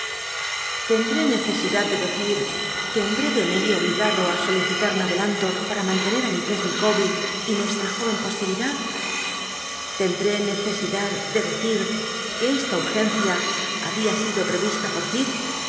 necesidad de decir que en breve me obligado ti solicit u un adelanto para mantener ü misl ess ilicawbet y nuestra jóren posteridad te necesidad de decir que esta urgencia habia sido pt cvista por